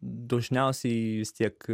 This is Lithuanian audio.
dažniausiai jis tiek